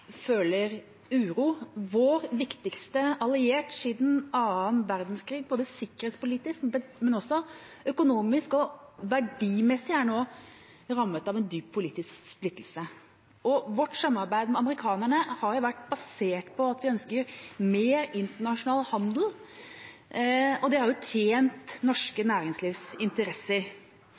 føler uro. Vår viktigste allierte siden annen verdenskrig, ikke bare sikkerhetspolitisk, men også økonomisk og verdimessig, er nå rammet av dyp politisk splittelse. Vårt samarbeid med amerikanerne har vært basert på at vi ønsker mer internasjonal handel, og det har tjent norske